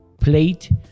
plate